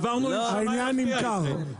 העניין נמכר.